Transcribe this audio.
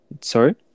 Sorry